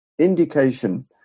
indication